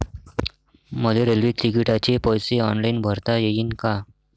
मले रेल्वे तिकिटाचे पैसे ऑनलाईन भरता येईन का?